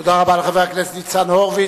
תודה רבה לחבר הכנסת ניצן הורוביץ.